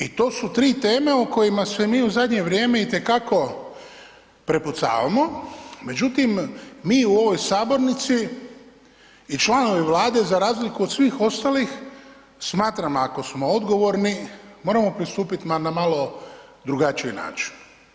I to su tri teme o kojima se mi u zadnje vrijeme i te kako prepucavamo, međutim mi u ovoj sabornici i članovi Vlade za razliku od svih ostalih smatram, ako smo odgovorni moramo pristupit na malo drugačiji način.